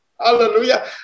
Hallelujah